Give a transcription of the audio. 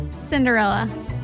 Cinderella